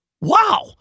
Wow